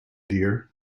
dear